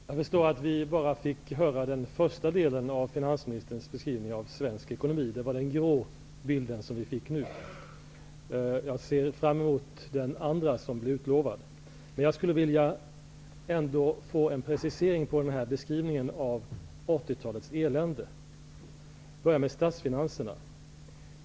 Fru talman! Jag förstår att vi bara fick höra den första delen av finansministerns beskrivning av svensk ekonomi. Det var den grå bilden som vi fick nu. Jag ser fram emot den andra delen som finansministern utlovade. Jag skulle vilja ha en precisering av beskrivningen av 80-talets elände. Låt oss börja med statsfinanserna.